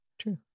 True